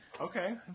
Okay